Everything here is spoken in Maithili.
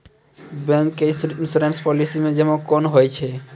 बैंक के इश्योरेंस पालिसी मे जमा केना होय छै?